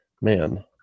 man